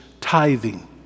tithing